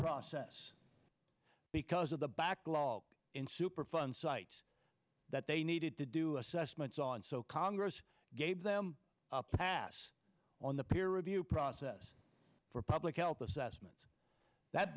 process because of the backlog in superfund sites that they needed to do assessments on so congress gave them a pass on the peer review process for public health assessments that